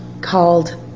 called